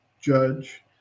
judge